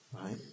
Right